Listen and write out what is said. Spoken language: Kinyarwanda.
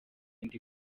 ndi